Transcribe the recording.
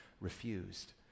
refused